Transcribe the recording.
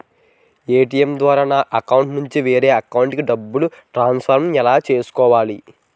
ATM ద్వారా నా అకౌంట్లోనుంచి వేరే అకౌంట్ కి డబ్బులు ట్రాన్సఫర్ ఎలా చేసుకోవాలి?